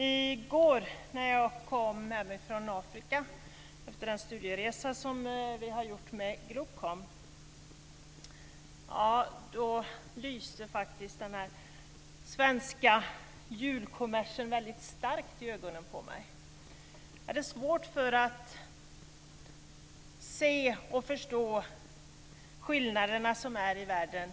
I går när jag kom hem från Afrika efter en studieresa som vi har gjort med Globkom lyste faktiskt den svenska julkommersen väldigt starkt i ögonen på mig. Jag hade svårt att se och förstå de skillnader som finns i världen.